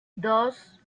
dos